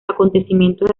acontecimientos